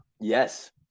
Yes